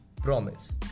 promise